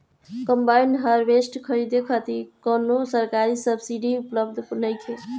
Combine harvester खरीदे खातिर कउनो सरकारी सब्सीडी उपलब्ध नइखे?